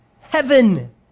Heaven